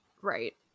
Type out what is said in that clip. right